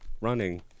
running